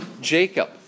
Jacob